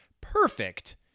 perfect